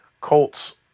Colts